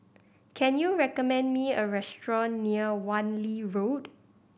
can you recommend me a restaurant near Wan Lee Road